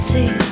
See